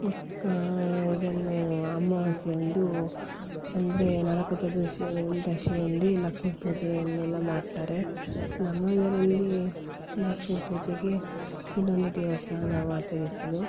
ಇದನ್ನು ಅಮಾವಾಸ್ಯೆಯಂದು ಅಂದರೆ ನರಕ ಚತುರ್ದಶಿ ದರ್ಶಿಯಂದೆ ಲಕ್ಷ್ಮಿ ಪೂಜೆಯನ್ನೆಲ್ಲ ಮಾಡ್ತಾರೆ ನಮ್ಮದರಲ್ಲಿ ಲಕ್ಷ್ಮಿ ಪೂಜೆಗೆ ಇನ್ನೊಂದು ದಿವಸ ನಾವು ಆಚರಿಸೋದು